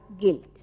guilt